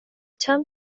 term